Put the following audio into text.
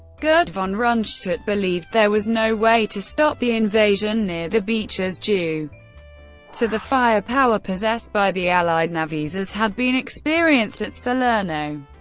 gerd von rundstedt, believed there was no way to stop the invasion near the beaches due to the firepower possessed by the allied navies, as had been experienced at salerno.